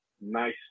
Nice